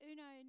Uno